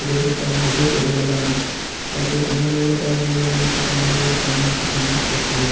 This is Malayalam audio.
അതൊരു സാമൂഹിക ഇടപെടലാണ് അത് അങ്ങകലെയുള്ള കാര്യങ്ങൾ നമുക്ക് ടൗണേരിയയിൽ കാണാൻ പറ്റുന്നിൽ പറ്റില്ല